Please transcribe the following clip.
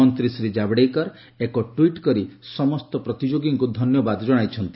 ମନ୍ତୀ ଶ୍ରୀ ଜାବ୍ଡେକର ଏକ ଟ୍ୱିଟ୍ କରି ସମସ୍ତ ପ୍ରତିଯୋଗୀଙ୍କୁ ଧନ୍ୟବାଦ ଜଣାଇଛନ୍ତି